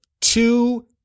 two